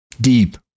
deep